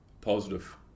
positive